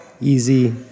easy